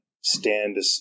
stand